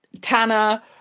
Tana